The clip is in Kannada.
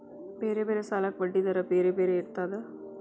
ಬೇರೆ ಬೇರೆ ಸಾಲಕ್ಕ ಬಡ್ಡಿ ದರಾ ಬೇರೆ ಬೇರೆ ಇರ್ತದಾ?